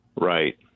Right